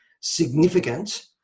significant